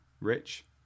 Rich